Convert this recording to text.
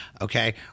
okay